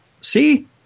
See